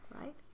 right